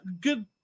good